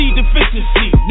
deficiency